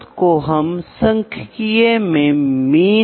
इसलिए उससे पहले मुझे मेजरमेंट की सात मूल इकाइयों को सारणीबद्ध करने दीजिए